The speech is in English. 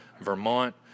Vermont